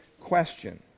question